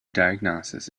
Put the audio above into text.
diagnosis